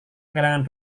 kehilangan